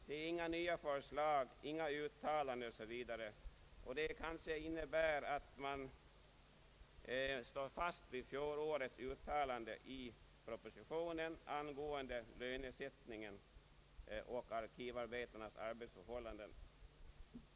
Det är inga nya förslag och inga uttalanden. Det kanske innebär att man står fast vid fjolårets uttalande i Ppropositionen angående lönesättningen och arkivarbetarnas arbetsförhållanden.